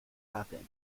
happen